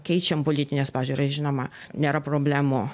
keičiam politines pažiūras žinoma nėra problemų